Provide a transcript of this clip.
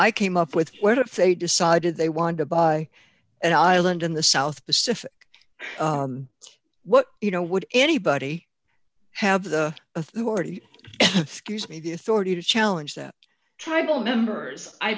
i came up with what if they decided they wanted to buy an island in the south pacific what you know would anybody have the authority scuse me the authority to challenge that tribal members i